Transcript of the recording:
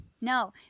No